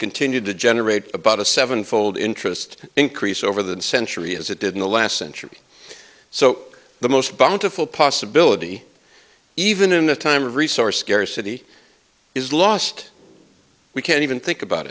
continue to generate about a seven fold interest increase over the century as it did in the last century so the most bountiful possibility even in a time of resource scarcity is lost we can't even think about